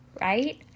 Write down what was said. right